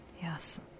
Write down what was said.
Yes